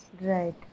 Right